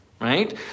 right